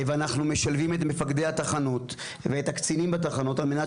ואנחנו משלבים את מפקדי התחנות ואת הקצינים בתחנות על מנת